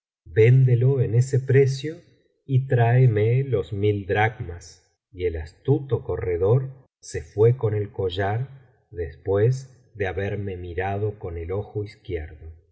véndelo en ese precio y tráeme los mil dracmas y el astuto corredor se fué con el collar después de haberme mirado con el ojo izquierdo